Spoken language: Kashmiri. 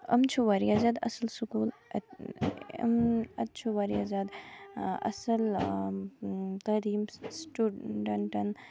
یِم چھِ واریاہ زیادٕ اصل سکوٗل اَتہِ اَتہِ چھُ واریاہ زیادٕ اصل تٲلیٖم سِٹوڈَنٹَن